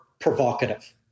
provocative